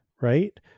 right